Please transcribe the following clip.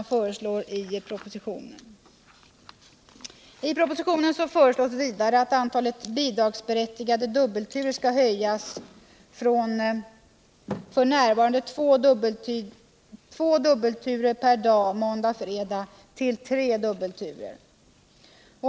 också föreslås i propositionen. I propositionen föreslås vidare att antalet bidragsberättigade dubbelturer skall höjas från f.n. två dubbelturer per dag måndag-fredag till tre dubbelturer.